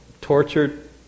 tortured